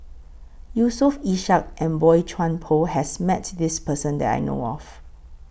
Yusof Ishak and Boey Chuan Poh has Met This Person that I know of